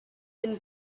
and